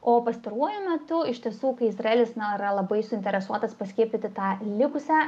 o pastaruoju metu iš tiesų kai izraelis na yra labai suinteresuotas paskiepyti tą likusią